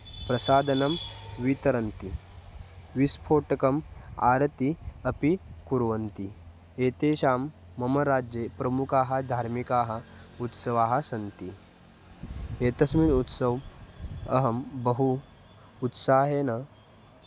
प्रसादान् वितरन्ति विस्फोटकम् आरतिम् अपि कुर्वन्ति एतेषां मम राज्ये प्रमुखाः धार्मिकाः उत्सवाः सन्ति एतस्मिन् उत्सवे अहं बहु उत्साहेन